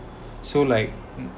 so like